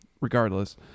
Regardless